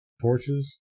torches